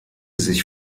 sich